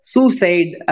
Suicide